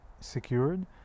secured